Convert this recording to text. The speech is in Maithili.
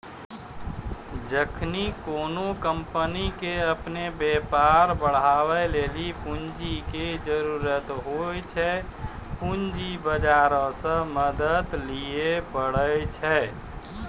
जखनि कोनो कंपनी के अपनो व्यापार बढ़ाबै लेली पूंजी के जरुरत होय छै, पूंजी बजारो से मदत लिये पाड़ै छै